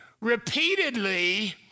repeatedly